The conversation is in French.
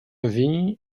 levis